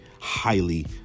highly